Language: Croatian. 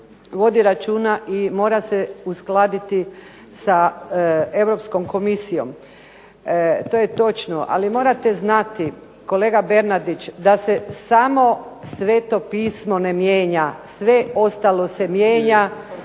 vodi računa i mora se uskladiti sa Europskom komisijom. To je točno, ali morate znati, kolega Bernardić, da se samo Sveto pismo ne mijenja, sve ostalo se mijenja